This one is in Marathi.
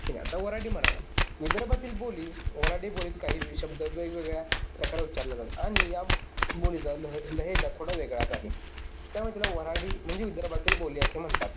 हे आता वऱ्हाडी मराठी विदर्भातील बोली वऱ्हाडी बोलीत काही शब्द वेगवेगळ्या प्रकारात उच्चारला जातात आणि या बोलीचा लह लहेजा थोडा वेगळाच आहे त्यामुळे त्याला वऱ्हाडी म्हणजे विदर्भातील बोली असे म्हणतात